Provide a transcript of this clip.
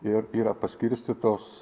ir yra paskirstytos